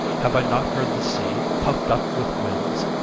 have i not heard the sea, puff'd up with winds,